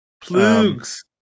plugs